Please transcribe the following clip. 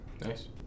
Nice